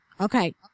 Okay